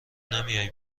نمیای